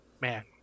man